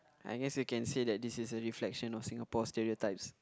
I guess you can say that this is a reflection of Singapore stereotypes